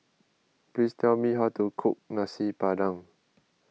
please tell me how to cook Nasi Padang